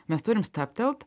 mes turim stabtelt